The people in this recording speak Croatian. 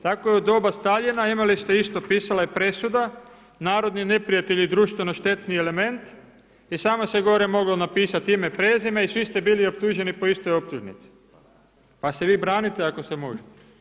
Tako je i u doba Staljina, imali ste isto, pisala je presuda, narodni neprijatelji društveno štetni element i samo se gore moglo napisat ime, prezime i svi ste bili optuženi po istoj optužnici pa se vi branite ako se možete.